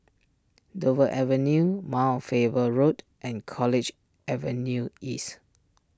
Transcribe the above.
Dover Avenue Mount Faber Road and College Avenue East